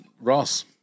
Ross